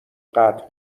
قطع